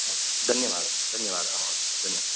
हा धन्यवादः धन्यवादः महोदय धन्यवादः